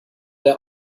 der